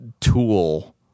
tool